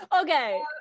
Okay